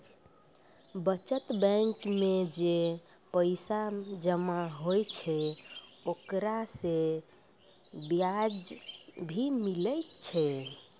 बचत बैंक मे जे पैसा जमा होय छै ओकरा से बियाज भी मिलै छै